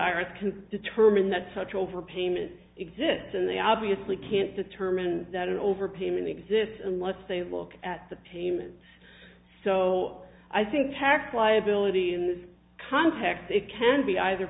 s can determine that such overpayment exists and they obviously can't determine that an overpayment exists unless they look at the payment so i think tax liability in this context it can be either